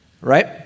Right